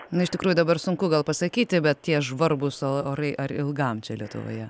na iš tikrųjų dabar sunku gal pasakyti bet tie žvarbūs orai ar ilgam čia lietuvoje